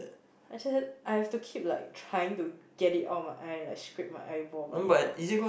I have to keep like trying to get it out of my eye and I scrap my eyeball and it hurts